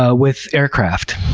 ah with aircraft.